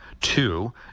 two